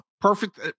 Perfect